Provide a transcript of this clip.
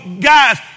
guys